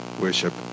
worship